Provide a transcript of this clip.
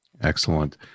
Excellent